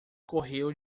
correu